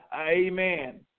amen